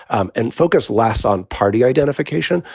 um and focus less on party identification.